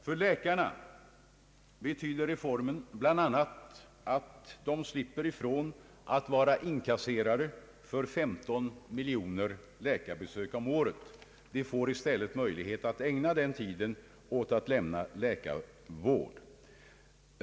För läkarna betyder reformen bl.a. att de slipper ifrån att vara inkasserare för 15 miljoner läkarbesök om året. De får i stället möjlighet att ägna den tiden åt att lämna läkarvård.